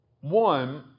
One